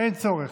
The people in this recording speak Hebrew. אין צורך.